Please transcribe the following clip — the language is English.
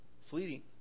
Fleeting